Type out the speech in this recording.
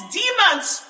demons